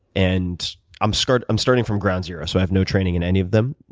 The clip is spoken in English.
and i'm starting i'm starting from ground zero, so i have no training in any of them,